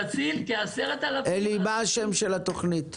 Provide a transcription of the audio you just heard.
נציל כ-10,000 --- אלי, מה השם של התוכנית?